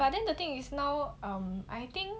but then the thing is um I think